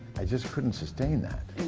i just couldn't sustain that,